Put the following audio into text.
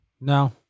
No